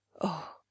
Oh